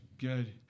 good